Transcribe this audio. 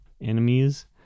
enemies